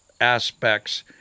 aspects